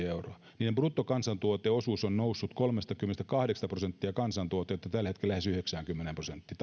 euroa niiden bruttokansantuoteosuus on noussut kolmestakymmenestäkahdeksasta prosentista kansantuotteesta tällä hetkellä yli yhdeksäänkymmeneen prosenttiin